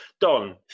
Don